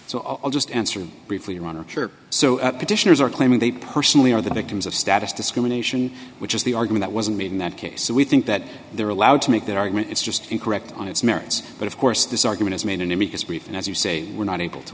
so i'll just answer briefly runner so petitioners are claiming they personally are the victims of status discrimination which is the arguing that wasn't made in that case so we think that they're allowed to make that argument it's just incorrect on its merits but of course this argument is made an amicus brief and as you say we're not able to